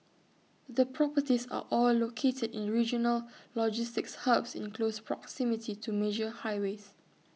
the properties are all located in regional logistics hubs in close proximity to major highways